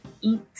eat